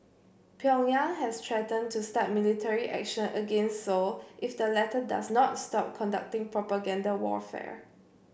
Pyongyang has threatened to start military action against Seoul if the latter does not stop conducting propaganda warfare